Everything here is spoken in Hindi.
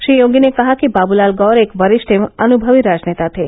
श्री योगी ने कहा कि बाबूलाल गौर एक वरि ठ एवं अनुभवी राजनेता थे